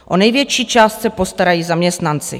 O největší část se postarají zaměstnanci.